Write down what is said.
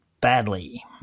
badly